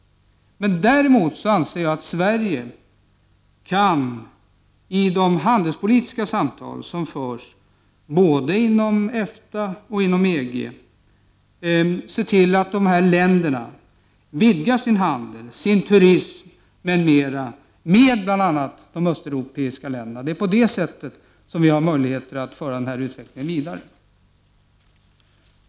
Däremot anser jag att Sverige i de handelspolitiska samtal som förs, både inom EFTA och inom EG, kan se till att de här länderna vidgar sin handel, sin turism m.m. med bl.a. de östeuropeiska länderna. Det är på det sättet som vi har möjlighet att föra utvecklingen vidare. Herr talman!